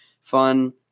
fun